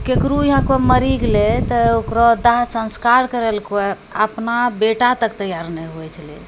ककरो इहाँ कोइ मरि गेलै तऽ ओकरो दाह संस्कार करैलए कोइ अपना बेटा तक तैआर नहि होइ छलैए